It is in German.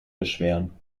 beschweren